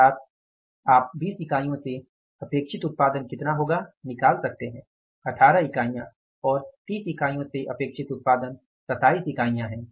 अर्थात आप 20 इकाइयों से अपेक्षित उत्पादन कितना होगा निकाल सकते है 18 इकाइयां और 30 इकाइयों से अपेक्षित उत्पादन 27 इकाइयां है